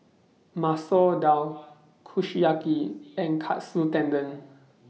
Masoor Dal Kushiyaki and Katsu Tendon